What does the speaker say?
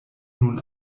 nun